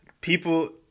People